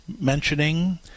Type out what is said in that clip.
mentioning